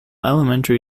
elementary